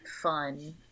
fun